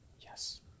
Yes